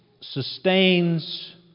sustains